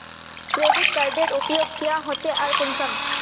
Credit कार्डेर उपयोग क्याँ होचे आर कुंसम?